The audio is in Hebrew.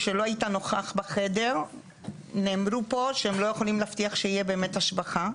כשלא היית נוכח בחדר נאמר פה שהם לא יכולים להבטיח שיהיה באמת השבחה.